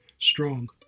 strong